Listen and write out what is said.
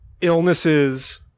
illnesses –